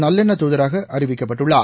நல்லணெ்ண தூதராக அறிவிக்கப்பட்டுள்ளார்